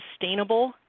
sustainable